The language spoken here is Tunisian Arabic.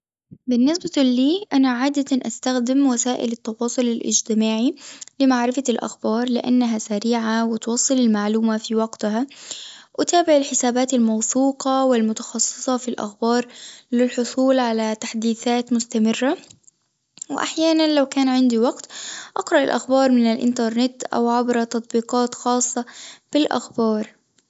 بالنسبة لي أنا عادة استخدم وسائل التواصل الاجتماعي لمعرفة الأخبار لإنها سريعة وتوصل المعلومة في وقتها أتابع الحسابات الموثوقة والمتخصصة في الأخبار للحصول على تحديثات مستمرة، وأحيانًا لو كان عندي وقت اقرأ الأخبار من الإنترنت أو عبر تطبيقات خاصة بالأخبار.